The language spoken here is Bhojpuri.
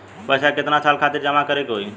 पैसा के कितना साल खातिर जमा करे के होइ?